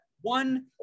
one